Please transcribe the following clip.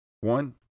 one